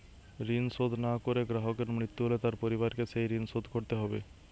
ঋণ শোধ না করে গ্রাহকের মৃত্যু হলে তার পরিবারকে সেই ঋণ শোধ করতে হবে?